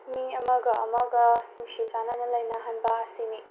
ꯃꯤ ꯑꯃꯒ ꯑꯃꯒ ꯅꯨꯡꯁꯤ ꯆꯥꯟꯅꯅ ꯂꯩꯅꯍꯟꯕ ꯁꯤꯅꯤ